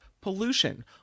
pollution